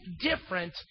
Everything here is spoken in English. different